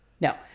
No